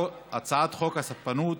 הצעת חוק הספנות